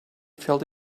felt